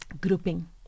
grouping